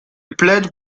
plaide